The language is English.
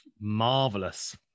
Marvelous